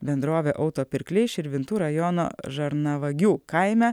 bendrovė auto pirkliai širvintų rajono žarnavagių kaime